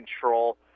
control